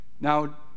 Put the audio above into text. Now